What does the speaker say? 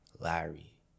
Larry